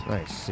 Nice